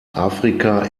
afrika